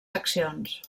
seccions